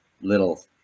little